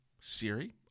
Siri